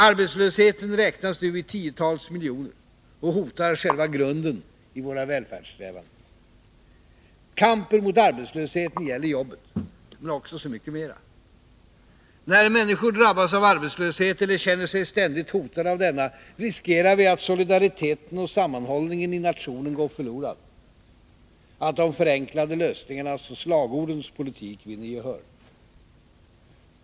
Arbetslösheten räknas nu i tiotals miljoner och hotar själva grunden i våra välfärdssamhällen. Kampen mot arbetslösheten gäller jobben, men också mycket mera. När människor drabbas av arbetslöshet, eller känner sig ständigt hotade av denna, riskerar vi att solidariteten och sammanhållningen i nationen går förlorad, att de förenklade lösningarnas och slagordens politik vinner gehör.